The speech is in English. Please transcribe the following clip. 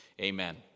Amen